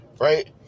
Right